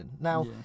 Now